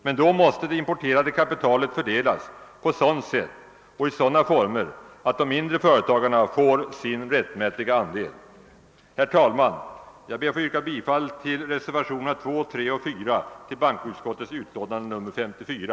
Men då måste det importerade kapitalet fördelas på ett sådant sätt och i sådana former att de mindre företagarna erhåller sin rättmätiga andel. Herr talman! Jag ber att få yrka bifall till reservationerna 2, 3 och 4 vid bankoutskottets utlåtande nr 54.